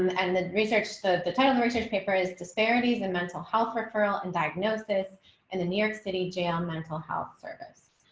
and the research, the the title of research paper is disparities and mental health referral and diagnosis and the new york city jam mental health service.